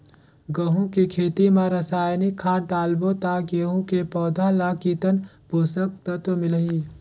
गंहू के खेती मां रसायनिक खाद डालबो ता गंहू के पौधा ला कितन पोषक तत्व मिलही?